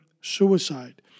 suicide